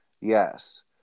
Yes